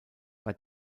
bei